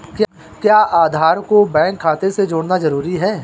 क्या आधार को बैंक खाते से जोड़ना जरूरी है?